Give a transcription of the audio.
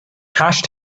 hash